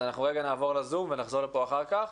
אז אנחנו רגע נעבור לזום ונחזור לפה אחר כך.